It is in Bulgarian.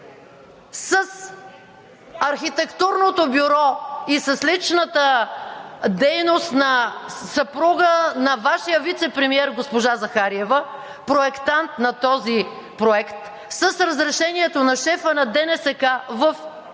с архитектурното бюро и с личната дейност на съпруга на Вашия вицепремиер госпожа Захариева – проектант на този проект, с разрешението на шефа на ДНСК в град